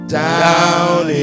down